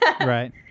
right